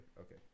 okay